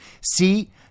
See